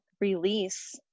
release